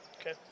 Okay